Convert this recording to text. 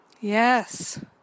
Yes